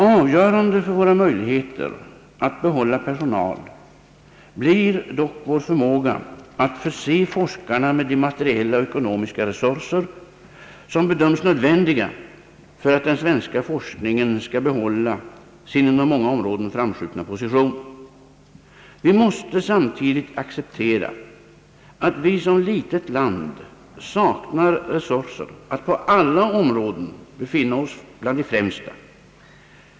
Avgörande för våra möjligheter att behålla personal blir dock vår förmåga att förse forskarna med de materiella och ekonomiska resurser, som bedöms nödvändiga för att den svenska forskningen skall kunna behålla sin inom många områden framskjutna position. Vi måste samtidigt acceptera, att vi som litet land saknar resurser att på alla områden befinna oss bland de främsta.